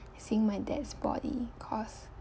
seeing my dad's body cause